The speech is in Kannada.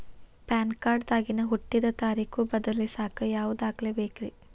ಪ್ಯಾನ್ ಕಾರ್ಡ್ ದಾಗಿನ ಹುಟ್ಟಿದ ತಾರೇಖು ಬದಲಿಸಾಕ್ ಯಾವ ದಾಖಲೆ ಬೇಕ್ರಿ?